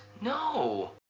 No